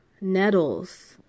nettles